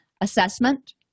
Assessment